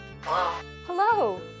Hello